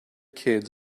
kids